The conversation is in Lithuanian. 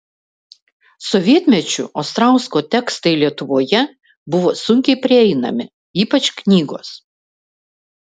sovietmečiu ostrausko tekstai lietuvoje buvo sunkiai prieinami ypač knygos